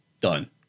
Done